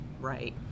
right